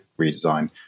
redesign